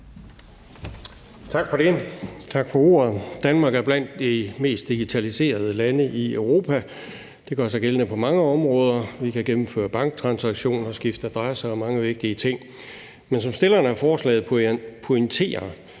(V): Tak for ordet. Danmark er blandt de mest digitaliserede lande i Europa. Det gør sig gældende på mange områder. Vi kan gennemføre banktransaktioner, skifte adresse og mange vigtige ting. Men som forslagsstilleren pointerer,